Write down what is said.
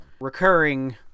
Recurring